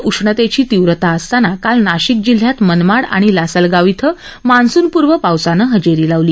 देशात उष्णतेची तीव्रता असताना काल नाशिक जिल्ह्यात मनमाड आणि लासलगाव इथं मान्सूनपूर्व पावसानं हजेरी लावली